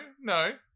no